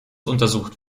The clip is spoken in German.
untersucht